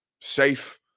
safe